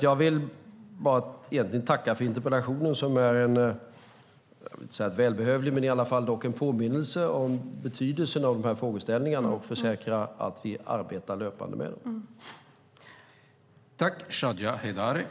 Jag vill tacka för interpellationen. Den är en påminnelse om betydelsen av de här frågeställningarna. Jag försäkrar att vi arbetar löpande med dem.